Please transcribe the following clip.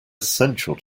essential